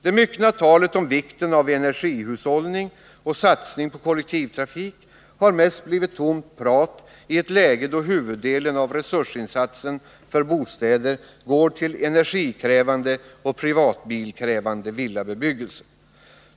Det myckna talet om vikten av energihushållning och satsning på kollektivtrafik har mest blivit tomt prat i ett läge då huvuddelen av resursinsatsen för bostäder går till energikrävande och privatbilkrävande villabebyggelse.